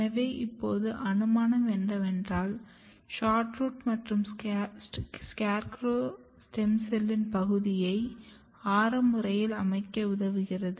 எனவே இப்போது அனுமானம் என்னவென்றால் SHORT ROOT மற்றும் SCARECROW ஸ்டெம் செல்லின் பகுதியை ஆரம் முறையில் அமைக்க உதவுகிறது